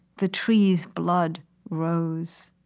the trees' blood rose.